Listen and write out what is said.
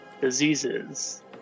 Diseases